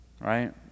Right